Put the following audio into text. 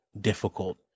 difficult